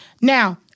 Now